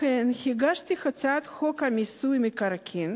לכן הגשתי הצעת חוק מיסוי מקרקעין